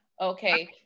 Okay